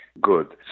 Good